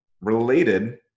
related